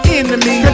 enemy